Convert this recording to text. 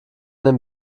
den